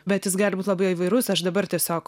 bet jis gali būt labai įvairus aš dabar tiesiog